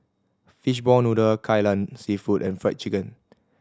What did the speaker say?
fishball noodle Kai Lan Seafood and Fried Chicken